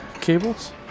cables